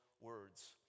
words